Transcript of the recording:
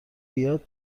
بیاد